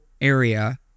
area